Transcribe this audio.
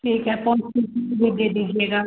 ठीक है पौन में दे दीजिएगा